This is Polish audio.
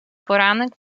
poranek